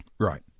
Right